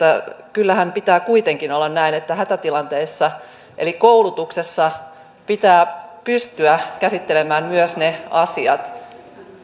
kyllähän pitää kuitenkin olla näin että osataan toimia hätätilanteissa eli koulutuksessa pitää pystyä käsittelemään myös ne asiat